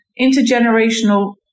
intergenerational